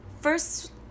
first